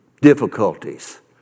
difficulties